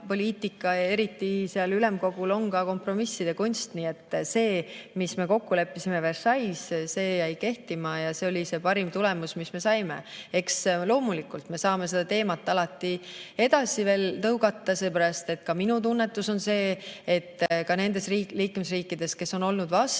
eriti seal ülemkogul, on ka kompromisside kunst. Nii et see, mis me kokku leppisime Versailles's, jäi kehtima ja see oli see parim tulemus, mis me saime. Eks loomulikult me saame seda teemat alati veel edasi tõugata. Ka minu tunnetus on see, et ka nendes liikmesriikides, kes on olnud vastu,